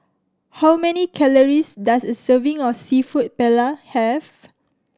how many calories does a serving of Seafood Paella have